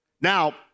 Now